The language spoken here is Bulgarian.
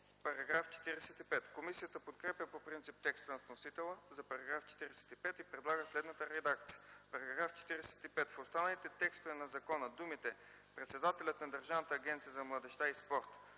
СТОИЧКОВ: Комисията подкрепя по принцип текста на вносителя по § 45 и предлага следната редакция: „§ 45. В останалите текстове на закона думите „председателят на Държавната агенция за младежта и спорта”,